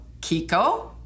Kiko